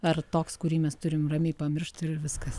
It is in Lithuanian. ar toks kurį mes turim ramiai pamiršt ir viskas